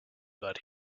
that